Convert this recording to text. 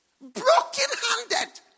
Broken-handed